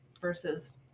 versus